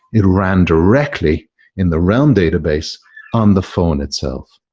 it ran directly in the realm database on the phone itself.